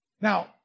Now